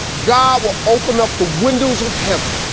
god will open up the windows of heaven,